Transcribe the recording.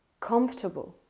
comfortable